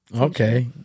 okay